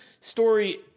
story